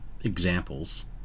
examples